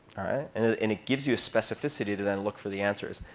and it and it gives you a specificity to then look for the answers.